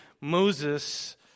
Moses